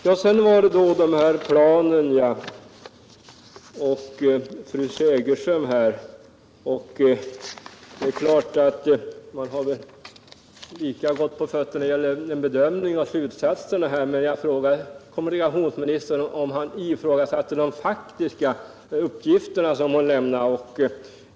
Beträffande de olika planen och vad fru Segerström anser: Jag frågade kommunikationsministern om han ifrågasatte de faktiska uppgifter som hon lämnade.